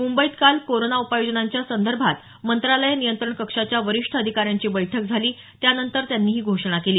मुंबईत काल कोरोना उपाययोजनांच्या संदर्भात मंत्रालय नियंत्रण कक्षाच्या वरिष्ठ अधिकाऱ्यांची बैठक झाली त्यानंतर त्यांनी ही घोषणा केली